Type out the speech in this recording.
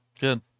Good